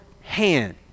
hand